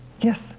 Yes